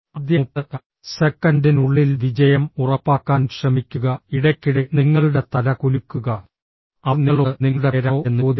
ആദ്യ 30 സെക്കൻഡിനുള്ളിൽ വിജയം ഉറപ്പാക്കാൻ ശ്രമിക്കുക ഇടയ്ക്കിടെ നിങ്ങളുടെ തല കുലുക്കുക അവർ നിങ്ങളോട് നിങ്ങളുടെ പേരാണോ എന്ന് ചോദിക്കും